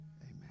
Amen